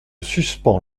suspends